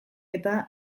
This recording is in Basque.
eta